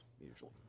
usually